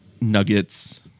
Nuggets